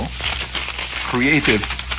creative